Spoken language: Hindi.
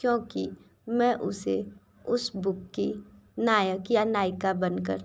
क्योंकि मैं उसे उस बुक की नायक या नायिका बन कर